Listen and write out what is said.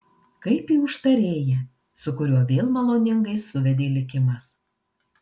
kaip į užtarėją su kuriuo vėl maloningai suvedė likimas